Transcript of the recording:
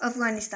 Afghanistan